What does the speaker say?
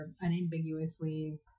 unambiguously